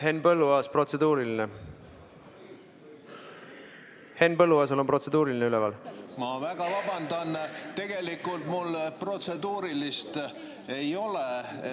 Henn Põlluaas, protseduuriline. Henn Põlluaasal on protseduuriline üleval. Ma väga vabandan, tegelikult mul protseduurilist ei ole.